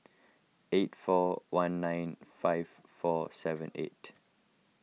eight four one nine five four seven eight